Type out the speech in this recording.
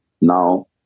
Now